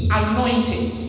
anointed